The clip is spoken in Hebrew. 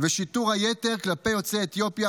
ושיטור היתר כלפי יוצאי אתיופיה,